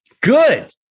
Good